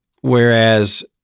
Whereas